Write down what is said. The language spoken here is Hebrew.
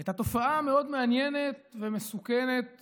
את התופעה המאוד-מעניינת ומסוכנת